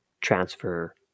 transfer